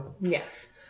Yes